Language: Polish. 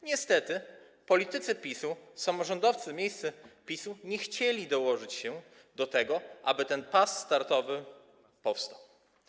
Niestety politycy PiS-u, samorządowcy miejscy PiS-u nie chcieli dołożyć się do tego, aby ten pas startowy powstał.